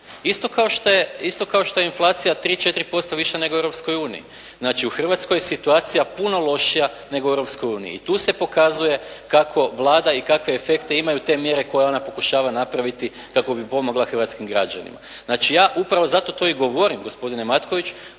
Isto kao što je inflacija tri, četiri posto viša nego u Europskoj uniji. Znači, u Hrvatskoj je situacija puno lošija nego u Europskoj uniji i tu se pokazuje kako Vlada i kakve efekte imaju te mjere koje ona pokušava napraviti kako bi pomogla hrvatskim građanima. Znači, ja upravo zato to i govorim gospodine Matković